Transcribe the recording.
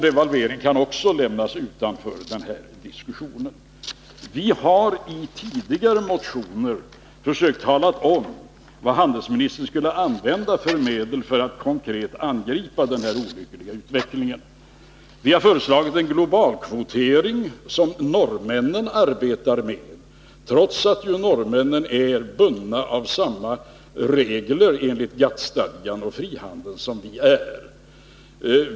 Devalveringen i Sverige kan lämnas utanför den här diskussionen. Vi har i tidigare motioner försökt tala om vilka medel handelsministern skulle använda sig av för att konkret kunna angripa den här olyckliga utvecklingen. Vi har föreslagit en global kvotering av den typ som norrmännen arbetar med. De gör det trots att de är bundna av samma regler enligt GA TT-stadgan och frihandeln som vi är.